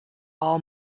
all